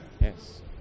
Yes